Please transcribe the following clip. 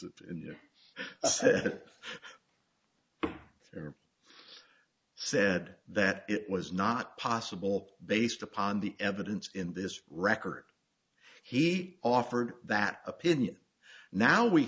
is in there said that it was not possible based upon the evidence in this record he offered that opinion now we